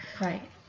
Right